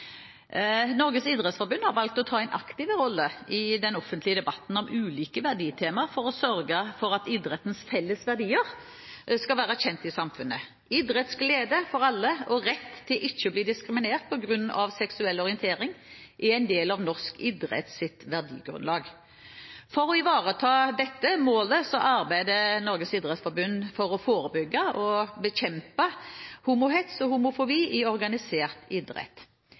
Norges idrettsforbund har valgt å ta en aktiv rolle i den offentlige debatten om ulike verditemaer for å sørge for at idrettens felles verdier skal være kjent i samfunnet. Idrettsglede for alle og rett til ikke å bli diskriminert på grunn av seksuell orientering er en del av norsk idretts verdigrunnlag. For å ivareta dette målet arbeider Norges idrettsforbund for å forebygge og bekjempe homohets og homofobi i organisert idrett.